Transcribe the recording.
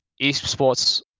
esports